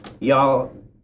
Y'all